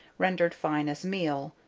rendered fine as meal,